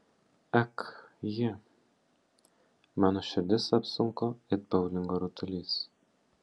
ak ji mano širdis apsunko it boulingo rutulys